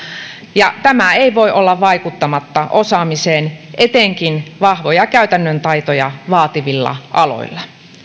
ja tämä ei voi olla vaikuttamatta osaamiseen etenkään vahvoja käytännön taitoja vaativilla aloilla